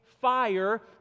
fire